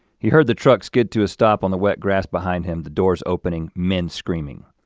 he heard the truck skid to a stop on the wet grass behind him, the doors opening, men screaming.